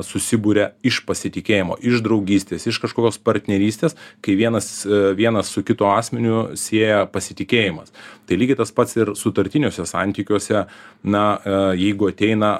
susiburia iš pasitikėjimo iš draugystės iš kažkokios partnerystės kai vienas vieną su kitu asmeniu sieja pasitikėjimas tai lygiai tas pats ir sutartiniuose santykiuose na jeigu ateina